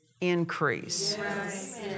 increase